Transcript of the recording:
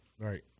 Right